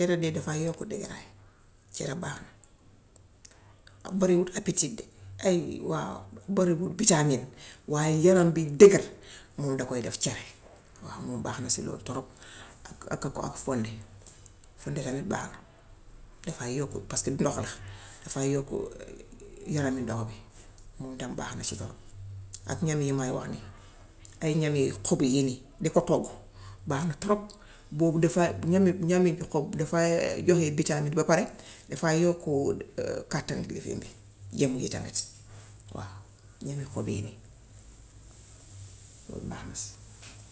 Li da dee dafaa yokku dëgëraay cere baax na bariwul appétit de ay waaw bariwul bitaamin waaye yaram bi dëgër moom da koy def cere. Waaw moom baax na si loolu torop ak fonde. Fonde tamit baax na, defaa yokk paska ndox la. Defaa yokk yaramu ndox bi. Moom tam baax na si lool ak ñam yi may nii, ay ñami xob yii nii di ko toggu baax na torob. Boobu dafaa, ñami ñami xob dafaa joxe bitaamin ba pare dafaa yokk kàttan bi jëmm bi tamit waaw, ñami xob yi nii. Loolu baax na si.